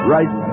Right